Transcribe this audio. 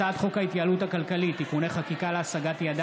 הצעת חוק ההתייעלות הכלכלית (תיקוני חקיקה להשגת יעדי